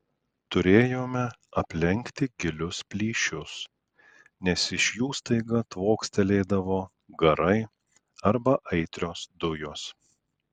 turėjome aplenkti gilius plyšius nes iš jų staiga tvokstelėdavo garai arba aitrios dujos